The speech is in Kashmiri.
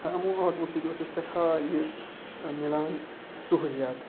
یِمو آٹو سۭتۍ اوس اَسہِ سٮ۪ٹھاہ یہِ مِلان سہوٗلیات